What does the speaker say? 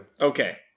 Okay